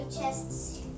chests